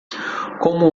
como